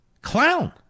clown